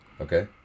Okay